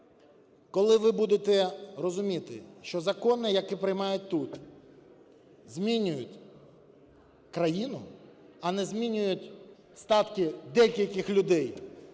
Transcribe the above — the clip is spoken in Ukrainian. Коли ви будете розуміти, що закони, які приймають тут, змінюють країну, а не змінюють статки декількох людей,